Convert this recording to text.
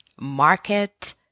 market